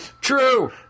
true